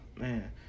Man